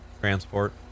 transport